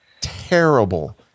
terrible